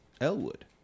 Elwood